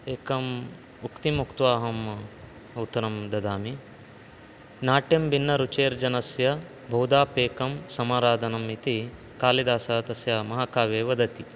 एकम् उक्तिमुक्त्वा अहम् उत्तरं ददामि नाट्यं भिन्नरुचेर्जनस्य बहुधाप्येकं समराधनम् इति कालिदासः तस्य महाकाव्ये वदति